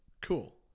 Cool